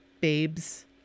babes